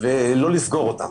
ולא לסגור אותן.